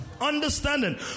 understanding